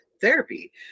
therapy